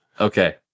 Okay